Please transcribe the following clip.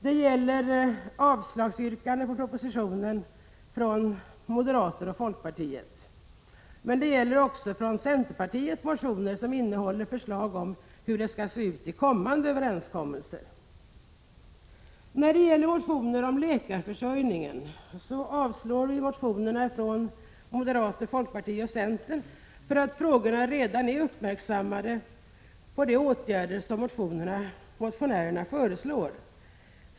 Det gäller yrkandet om avslag på propositionen från moderaterna och folkpartiet men också motioner från centerpartiet som innehåller förslag om hur det skall se ut i kommande överenskommelser. När det gäller läkarförsörjningen avstyrker vi motionerna från moderaterna, folkpartiet och centern, eftersom frågorna redan är uppmärksammade liksom de åtgärder som motionärerna föreslår.